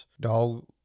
Dog